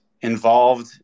involved